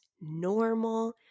normal